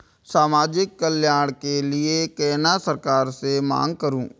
समाजिक कल्याण के लीऐ केना सरकार से मांग करु?